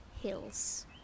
hills